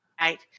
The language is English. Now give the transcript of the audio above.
Right